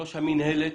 ראש המינהלת,